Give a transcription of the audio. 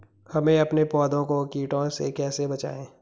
हम अपने पौधों को कीटों से कैसे बचाएं?